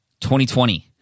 2020